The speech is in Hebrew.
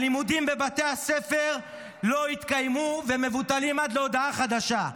הלימודים בבתי הספר לא יתקיימו ומבוטלים עד להודעה חדשה.